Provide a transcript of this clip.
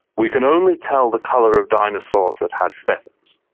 we can only tell the colour of dinosaurs that had feathers.